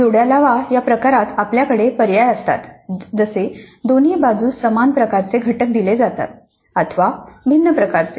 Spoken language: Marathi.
जोड्या लावा या प्रकारात आपल्याकडे पर्याय असतात जसे दोन्ही बाजूस समान प्रकारचे घटक दिले जातात अथवा भिन्न प्रकारचे